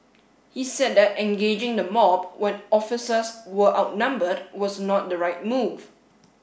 he said that engaging the mob when officers were outnumbered was not the right move